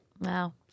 Wow